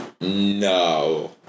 No